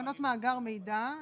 אני אסביר,